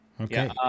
Okay